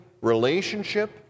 relationship